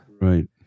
Right